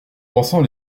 pensant